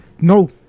No